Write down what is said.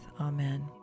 Amen